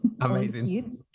Amazing